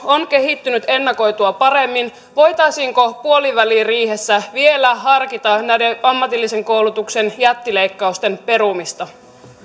on kehittynyt ennakoitua paremmin voitaisiinko puoliväliriihessä vielä harkita näiden ammatillisen koulutuksen jättileikkausten perumista